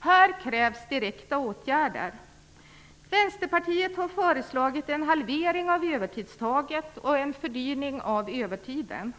Här krävs direkta åtgärder. Vänsterpartiet har föreslagit en halvering av övertidstaket och en fördyring av övertiden.